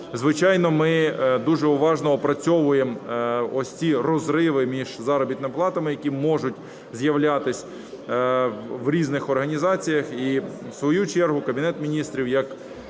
Звичайно, ми дуже уважно опрацьовуємо ось ці розриви між заробітними платами, які можуть з'являтись в різних організаціях, і в свою чергу Кабінет Міністрів, як